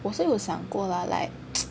我是有想过 lor like